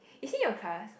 is she in your class